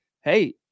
Hey